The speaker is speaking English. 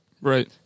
Right